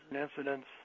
incidents